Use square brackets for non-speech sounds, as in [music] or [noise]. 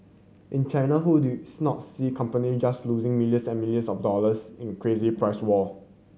in China who do you [unintelligible] not see company just losing millions and millions of dollars in crazy price war